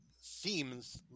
seems